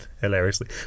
hilariously